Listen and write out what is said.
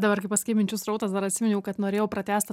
dabar kai pasakei minčių srautas dar atsiminiau kad norėjau pratęsti